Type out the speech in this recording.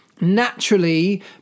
naturally